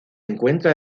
encuentra